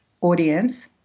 audience